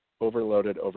overloaded